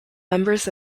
members